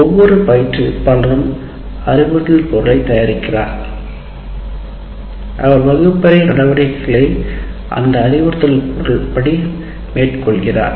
ஒவ்வொரு பயிற்றுவிப்பாளரும் அவர் ஏற்கனவே தயாரிக்கவில்லை என்றால் அறிவுறுத்தல் பொருள் தயாரிக்கிறார் பொருள் அவர் வகுப்பறை நடவடிக்கைகளை அந்த அறிவுறுத்தல் பொருள் படி மேற்கொள்வார்